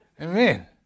Amen